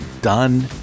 done